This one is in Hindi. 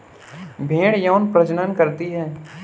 भेड़ यौन प्रजनन करती है